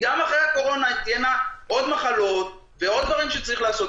גם אחרי הקורונה תהיינה עוד מחלות ועוד דברים שצריך לעשות,